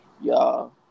Y'all